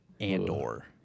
Andor